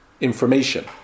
information